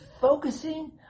focusing